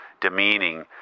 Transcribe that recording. demeaning